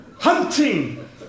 Hunting